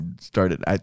started